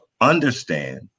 understand